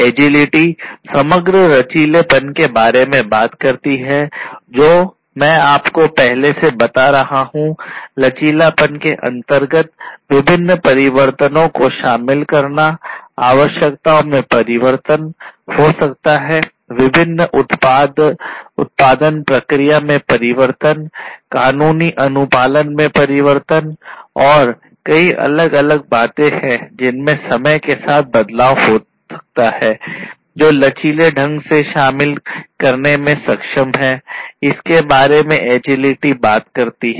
agility समग्र लचीलेपन के बारे में बात करती है जो मैं आपको पहले से बता रहा हूं लचीलापन के अंतर्गत विभिन्न परिवर्तनों को शामिल करना आवश्यकताओं में परिवर्तन हो सकता है विभिन्न उत्पादन प्रक्रिया में परिवर्तन कानूनी अनुपालन में परिवर्तन और कई अलग अलग बातें हैं जिनमें समय के साथ बदलाव हो सकता है जो लचीले ढंग से शामिल करने में सक्षम हैं इसके बारे में एजीलिटी बात करती है